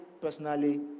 personally